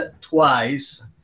twice